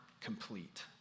complete